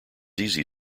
easy